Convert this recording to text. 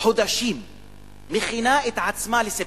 חודשים מכינה את עצמה לספטמבר,